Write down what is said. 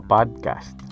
Podcast